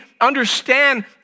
understand